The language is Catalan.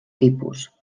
tipus